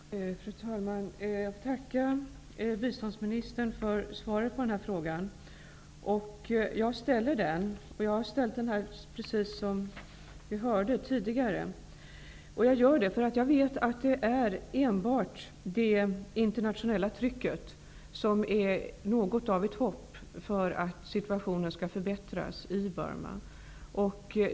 Fru talman! Jag tackar biståndsministern för svaret på den här frågan. Jag ställer den och jag har, precis som vi hörde, ställt den tidigare för att jag vet att det enbart är det internationella trycket som är något av ett hopp för att situationen skall förbättras i Burma.